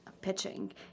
pitching